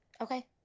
Okay